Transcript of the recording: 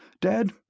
Dad